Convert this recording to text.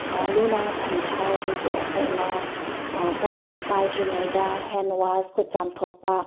ꯂꯨ ꯅꯥꯟꯅ ꯊꯝꯒꯦ ꯍꯥꯏꯔꯕꯁꯨ ꯑꯩꯈꯣꯏꯅ ꯄꯣꯠ ꯑꯃ ꯄꯥꯏꯗ꯭ꯔꯤꯉꯩꯗ ꯍꯦꯟ ꯋꯥꯁ ꯈꯨꯠ ꯆꯥꯝꯊꯣꯛꯄ